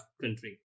country